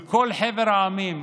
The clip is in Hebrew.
בכל חבר המדינות,